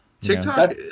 TikTok